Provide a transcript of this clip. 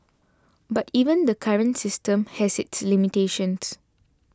but even the current system has its limitations